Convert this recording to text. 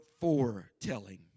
foretelling